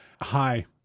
Hi